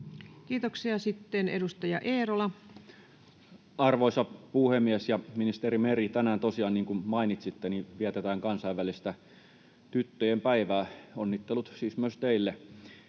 2024 Time: 12:07 Content: Arvoisa puhemies ja ministeri Meri! Tänään tosiaan, niin kuin mainitsitte, vietetään kansainvälistä tyttöjen päivää — onnittelut siis myös teille.